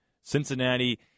Cincinnati